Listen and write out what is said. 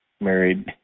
married